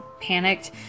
panicked